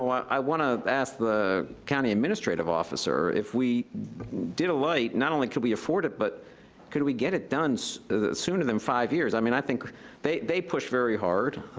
i wanna ask the county administrative officer if we did a light, not only could we afford it, but could we get it done so sooner than five years i mean, i think they they push very hard,